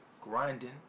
grinding